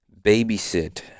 babysit